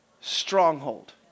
stronghold